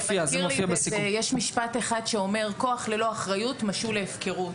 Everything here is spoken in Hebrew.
יש משפט אחד שאומר "כוח ללא אחריות משול ההפקרות".